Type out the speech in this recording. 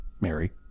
Mary